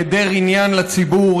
היעדר עניין לציבור,